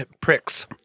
pricks